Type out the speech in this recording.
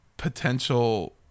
potential